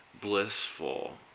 Blissful